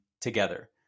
together